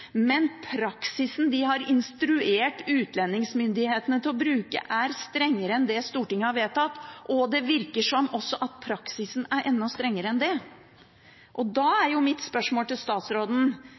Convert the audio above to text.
men praksisen en har instruert utlendingsmyndighetene til å bruke, er strengere enn det Stortinget har vedtatt, og det virker også som om praksisen er enda strengere enn det. Da er min henstilling til statsråden